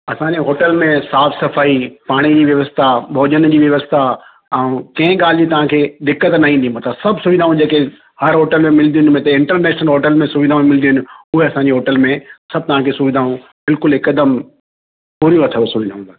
असांजे होटल में साफ़ु सफ़ाई पाणीअ जी व्यवस्था भोजन जी व्यवस्था ऐं कंहिं ॻाल्हि जी तव्हांखे दिक़त न ईंदी मतलबु सभु सुविधाऊं जेके हर होटल में मिलंदियूं आहिनि हिते इंटरनेशनल होटल में सुविधाऊं मिलिदियूं आहिनि उहे असांजी होटल में सभु तव्हांखे सुविधाऊं बिल्कुलु हिकदमि पूरियूं अथव सुविधाऊं बाक़ी